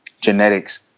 genetics